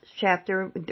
chapter